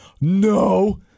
no